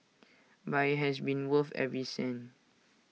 but IT has been worth every cent